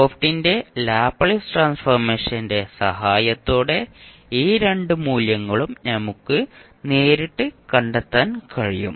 f ന്റെ Laplace ട്രാൻസ്ഫോർമേഷന്റെ സഹായത്തോടെ ഈ രണ്ട് മൂല്യങ്ങളും നമുക്ക് നേരിട്ട് കണ്ടെത്താൻ കഴിയും